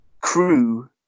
crew